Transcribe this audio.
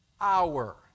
hour